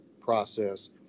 process